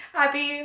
happy